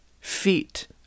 feet